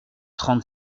trente